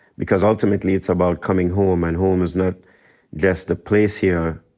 because ultimately it's about coming home, and home is not just a place here,